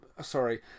sorry